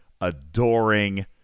adoring